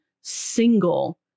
single